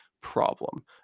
problem